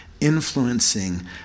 influencing